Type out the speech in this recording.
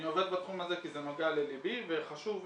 אני עובד בתחום הזה כי זה נוגע לליבי וחשוב לי.